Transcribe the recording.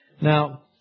Now